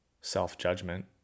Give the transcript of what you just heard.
self-judgment